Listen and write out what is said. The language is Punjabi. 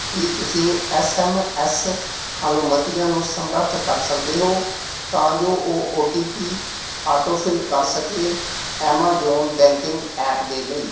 ਕੀ ਤੁਸੀਂਂ ਐਸ ਐਮ ਐਸ ਅਨੁਮਤੀਆਂ ਨੂੰ ਸਮਰੱਥ ਕਰ ਸਕਦੇ ਹੋ ਤਾਂ ਜੋ ਉਹ ਓ ਟੀ ਪੀ ਆਟੋਫਿਲ ਕਰ ਸਕੇ ਐਮਾਜ਼ਾਨ ਬੈਂਕਿੰਗ ਐਪ ਦੇ ਲਈ